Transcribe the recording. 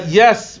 yes